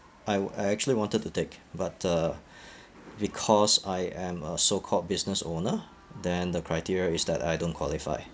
I I actually wanted to take but uh because I am a so called business owner then the criteria is that I don't qualify